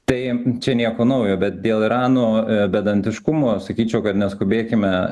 tai čia nieko naujo bet dėl irano bedantiškumo sakyčiau kad neskubėkime